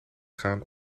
gaan